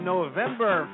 November